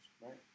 right